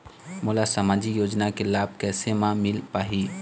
मोला सामाजिक योजना के लाभ कैसे म मिल पाही?